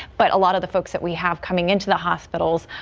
but a lot of the folks that we have coming into the hospitals.